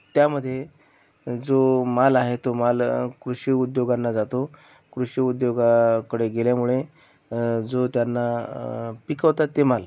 त्यामध्ये जो माल आहे तो माल कृषी उद्योगांना जातो कृषी उद्योगाकडे गेल्यामुळे जो त्यांना पिकवतात ते माल